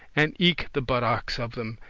and eke the buttocks of them,